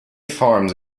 farms